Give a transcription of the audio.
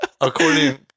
according